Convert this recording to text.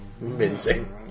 mincing